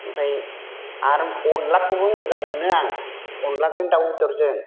ओमफ्राय आरो अनलाखौबो मोजां मोनो आं अनलाजों दाउ बेदरजों